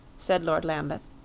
said lord lambeth.